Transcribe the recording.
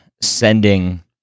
sending